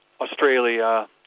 Australia